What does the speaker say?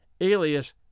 alias